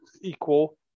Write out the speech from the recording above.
equal